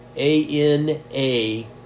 A-N-A